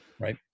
Right